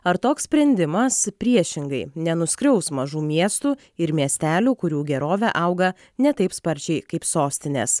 ar toks sprendimas priešingai nenuskriaus mažų miestų ir miestelių kurių gerovė auga ne taip sparčiai kaip sostinės